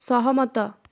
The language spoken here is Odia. ସହମତ